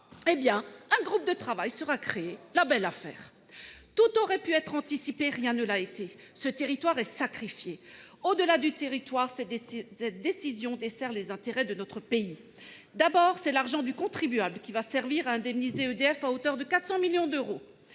-, un groupe de travail sera créé. La belle affaire ! Tout aurait pu être anticipé ; rien ne l'a été ! Ce territoire est sacrifié. Au-delà du territoire, cette décision dessert les intérêts de notre pays. Tout d'abord, c'est l'argent du contribuable qui va servir à indemniser EDF, à hauteur de 400 millions d'euros.